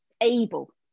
able